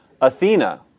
Athena